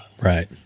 Right